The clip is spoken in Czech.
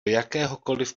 jakéhokoliv